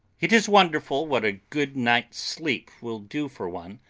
it is wonderful what a good night's sleep will do for one.